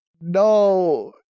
No